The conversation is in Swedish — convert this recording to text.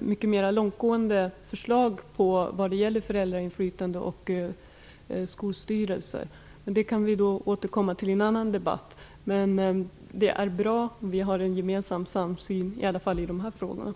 mycket mer långtgående förslag vad gäller föräldrainflytande och skolstyrelser. Det kan vi återkomma till i en annan debatt. Men det är bra att vi har en samsyn, i alla fall i de här frågorna.